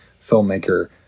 filmmaker